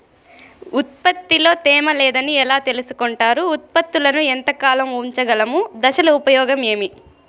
ఉత్పత్తి లో తేమ లేదని ఎలా తెలుసుకొంటారు ఉత్పత్తులను ఎంత కాలము ఉంచగలము దశలు ఉపయోగం ఏమి?